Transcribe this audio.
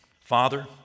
Father